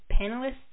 panelists